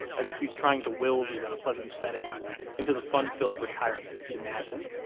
as if he's trying to will these unpleasant settings into the fun-filled retirement he'd imagined.